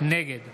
נגד